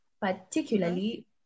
particularly